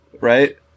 Right